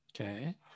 Okay